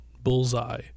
bullseye